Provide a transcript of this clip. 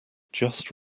just